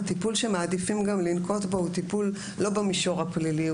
הטיפול שמעדיפים לנקוט בו הוא טיפול לא במישור הפלילי.